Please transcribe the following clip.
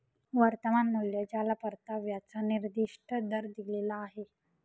वर्तमान मूल्य ज्याला परताव्याचा निर्दिष्ट दर दिलेला आहे